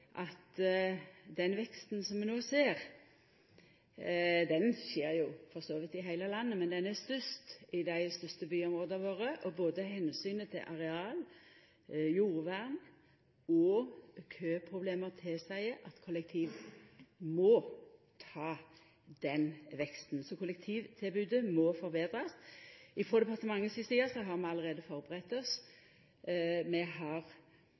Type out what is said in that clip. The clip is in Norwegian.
den veksten som vi no ser, skjer for så vidt i heile landet, men han er størst i dei største byområda våre, og både omsynet til areal, jordvern og køproblem tilseier at kollektiv må ta den veksten. Så kollektivtilbodet må forbetrast. Frå departementet si side har vi har allereie førebudd oss. Vi har organisert oss med